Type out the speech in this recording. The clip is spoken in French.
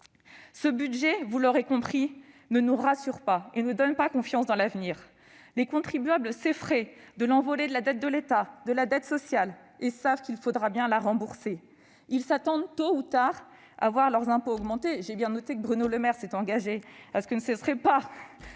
Ce budget, vous l'aurez compris, ne nous rassure pas et ne donne pas confiance dans l'avenir. Les contribuables s'effraient de l'envolée de la dette de l'État et de la dette sociale ; ils savent qu'il faudra bien les rembourser. Ils s'attendent tôt ou tard à voir leurs impôts augmenter- j'ai bien noté que Bruno Le Maire s'était engagé à ce que tel ne soit pas